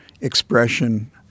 expression